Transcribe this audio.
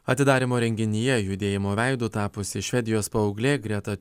atidarymo renginyje judėjimo veidu tapusi švedijos paauglė greta